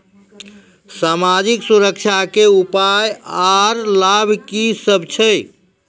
समाजिक सुरक्षा के उपाय आर लाभ की सभ छै?